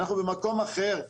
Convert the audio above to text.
אנחנו במקום אחר,